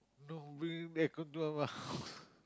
no we they could do mah